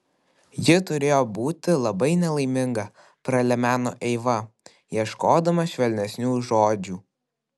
ji turėjo būti labai nelaiminga pralemeno eiva ieškodama švelnesnių žodžių